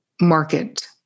market